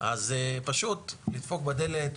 אז פשוט לדפוק בדלת,